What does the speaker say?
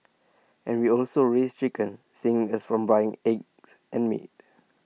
and we also raise chickens saving us from buying eggs and meat